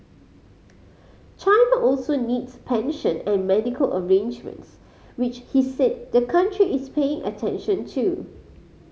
China also needs pension and medical arrangements which he said the country is paying attention to